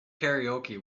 karaoke